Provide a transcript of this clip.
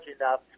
enough